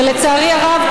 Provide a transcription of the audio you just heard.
ולצערי הרב,